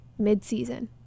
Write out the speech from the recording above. midseason